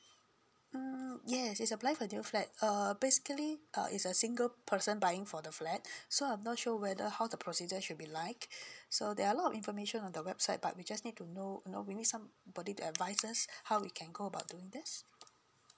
mm yes it's applies for new flat err basically uh is a single person buying for the flat so I'm not sure whether how the procedure should be like so there are a lot of information on the website but we just need to know you know we need some body to advise us how we can go about doing this